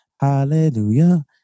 Hallelujah